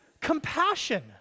compassion